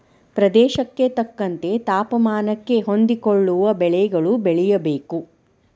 ಪ್ರದೇಶಕ್ಕೆ ತಕ್ಕಂತೆ ತಾಪಮಾನಕ್ಕೆ ಹೊಂದಿಕೊಳ್ಳುವ ಬೆಳೆಗಳು ಬೆಳೆಯಬೇಕು